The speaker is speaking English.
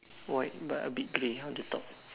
white but a bit grey how to talk